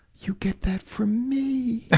you get that from me!